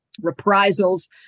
reprisals